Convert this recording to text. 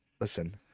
listen